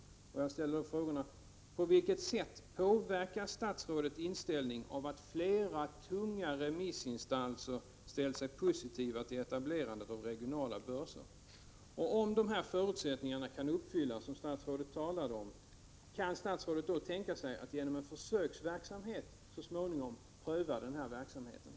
Jag ställer frågorna: På vilket sätt påverkas statsrådets inställning av att flera tunga remissinstanser ställt sig positiva till etablerande av regionala börser? Om de förutsättningar som statsrådet talade om kan uppfyllas, kan statsrådet då tänka sig att genom en försöksverksamhet pröva regionala börser?